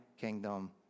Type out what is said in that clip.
kingdom